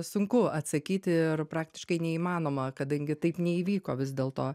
sunku atsakyti ir praktiškai neįmanoma kadangi taip neįvyko vis dėlto